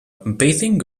bathing